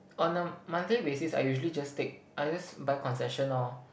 on a monthly basis I usually just take I just buy concession lor